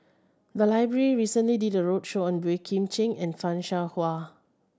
the library recently did a roadshow on Boey Kim Cheng and Fan Shao Hua